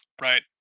Right